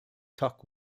tuck